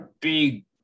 big